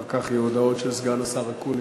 אחר כך יהיו הודעות של סגן השר אקוניס,